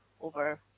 over